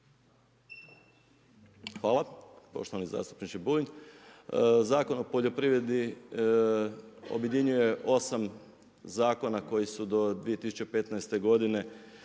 Hvala. Poštovani zastupniče Bulj, Zakon o poljoprivredi objedinjuje 8 zakona koji su do 2015. g.